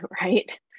Right